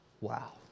wow